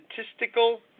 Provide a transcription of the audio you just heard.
Statistical